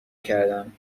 کردم